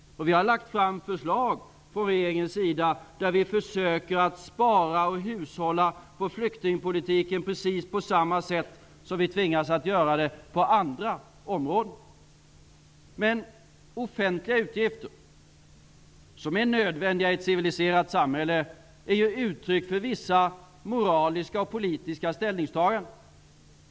Vi har lagt fram förslag från regeringens sida där vi försöker att spara och hushålla på flyktingpolitikens område precis på samma sätt som vi tvingas att göra det på andra områden. Men offentliga utgifter, som är nödvändiga i ett civiliserat samhälle, är uttryck för vissa moraliska och politiska ställningstaganden.